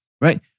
right